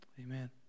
Amen